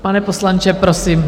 Pane poslanče, prosím.